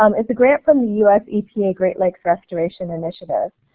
um it's a grant from the us epa great lakes restoration initiative.